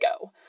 go